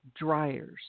dryers